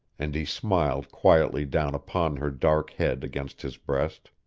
and he smiled quietly down upon her dark head against his breast.